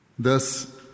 Thus